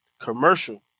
commercial